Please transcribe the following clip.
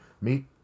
Meet